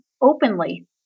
openly